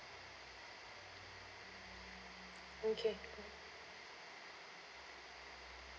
okay